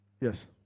Yes